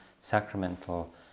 sacramental